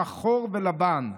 שחור ולבן,